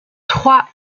trois